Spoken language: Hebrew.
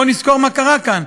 בוא נזכור מה קרה כאן.